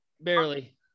Barely